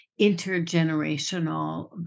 intergenerational